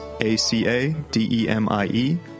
A-C-A-D-E-M-I-E